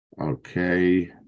Okay